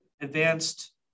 advanced